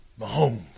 Mahomes